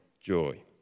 joy